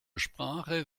sprache